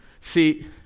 See